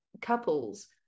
couples